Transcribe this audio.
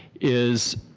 is